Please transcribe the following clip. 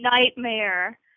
nightmare